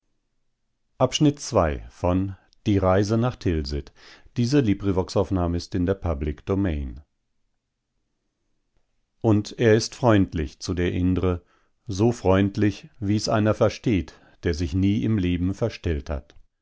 ordnung und er ist freundlich zu der indre so freundlich wie's einer versteht der sich nie im leben verstellt hat